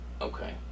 Okay